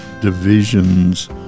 divisions